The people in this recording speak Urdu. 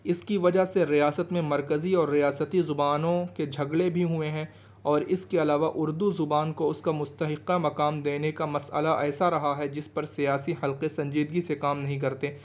اس کی وجہ سے ریاست میں مرکزی اور ریاستی زبانوں کے جھگڑے بھی ہوئے ہیں اور اس کے علاوہ اردو زبان کو اس کا مستحقہ مقام دینے کا مسئلہ ایسا رہا ہے جس پر سیاسی حلقے سنجیدگی سے کام نہیں کرتے